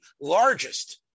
largest